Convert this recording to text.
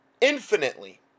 Infinitely